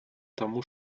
тому